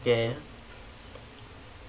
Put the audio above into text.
ya